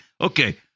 Okay